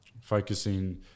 focusing